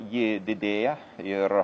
ji didėja ir